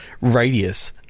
radius